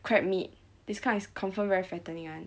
crab meat this kind is confirm very fattening [one]